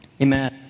Amen